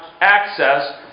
access